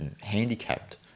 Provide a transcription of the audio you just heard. handicapped